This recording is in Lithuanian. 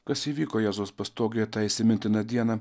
kas įvyko jėzaus pastogėje tą įsimintiną dieną